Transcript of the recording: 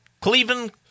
Cleveland